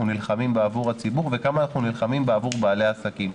נלחמים בעבור הציבור וכמה אנחנו נלחמים בעבור בעלי העסקים.